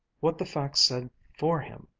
what the facts said for him